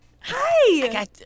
Hi